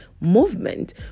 movement